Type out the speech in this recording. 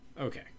Okay